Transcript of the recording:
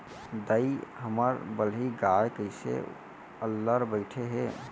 दाई, हमर बलही गाय कइसे अल्लर बइठे हे